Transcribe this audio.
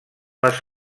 les